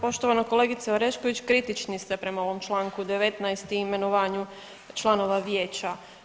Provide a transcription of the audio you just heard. Poštovana kolegice Orešković kritični ste prema ovom Članku 19. i imenovanju članova vijeća.